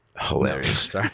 Hilarious